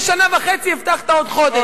לפני שנה וחצי הבטחת: עוד חודש.